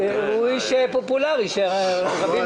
אני באתי לשם והצעתי הצעה לגבי הנושא שאנחנו דנים,